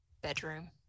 bedroom